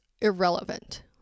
irrelevant